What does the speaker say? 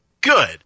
Good